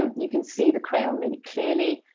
you can see the crayon really clearly.